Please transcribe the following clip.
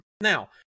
Now